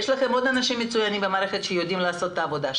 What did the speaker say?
יש לכם עוד אנשים מצוינים במערכת שיודעים לעשות את העבודה.